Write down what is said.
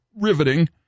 riveting